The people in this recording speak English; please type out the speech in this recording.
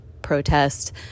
protest